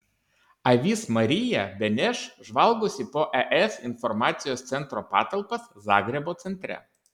avis marija beneš žvalgosi po es informacijos centro patalpas zagrebo centre